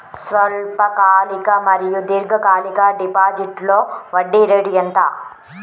స్వల్పకాలిక మరియు దీర్ఘకాలిక డిపోజిట్స్లో వడ్డీ రేటు ఎంత?